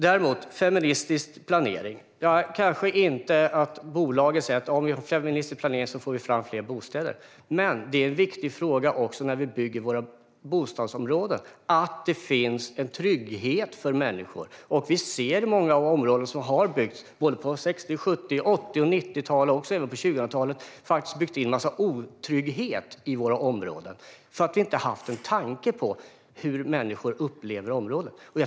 Det är kanske inte så att bolagen säger att med feministisk planering får vi fram fler bostäder. Men det är en viktig fråga när vi bygger våra bostadsområden att det finns en trygghet för människor. Vi ser många områden som har byggts på 60-, 70-, 80 och 90-talen och även på 2000-talet där man har byggt in en massa otrygghet i våra områden eftersom vi inte har haft en tanke på hur människor upplever området.